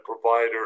provider